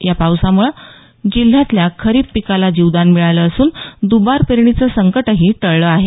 या पावसामुळे जिल्ह्यातल्या खरीप पिकाला जीवदान मिळालं असून दुबार पेरणीचं संकट ही टळलं आहे